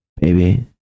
baby